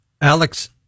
alex